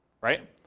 right